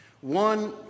One